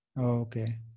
okay